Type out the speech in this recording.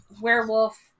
werewolf